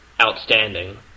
outstanding